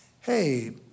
hey